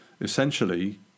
essentially